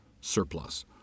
surplus